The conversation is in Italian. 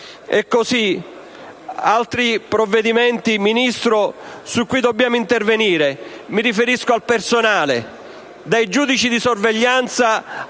Vi sono altri provvedimenti, Ministro, su cui dobbiamo intervenire: mi riferisco al personale, dai giudici di sorveglianza